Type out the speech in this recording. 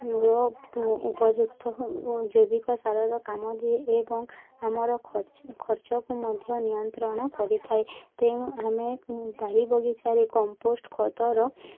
ର ଉପଯୁକ୍ତ ଜୈବିକ ସାରର କାମ ଦିଏ ଏବଂ ଆମର ଖର୍ଚ୍ଚ ଖର୍ଚ୍ଚକୁ ମଧ୍ୟ ନିୟନ୍ତ୍ରଣ କରିଥାଏ ତେଣୁ ଆମେ ବାଡ଼ି ବଗିଚାରେ କମ୍ପୋଷ୍ଟ୍ ଖତର